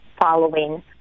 following